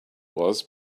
was